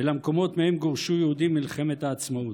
ולמקומות שמהם גורשו יהודים במלחמת העצמאות.